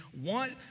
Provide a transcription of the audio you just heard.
want